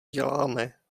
děláme